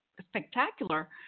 spectacular